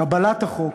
קבלת החוק